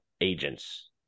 agents